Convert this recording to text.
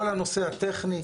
כל הנושא הטכני,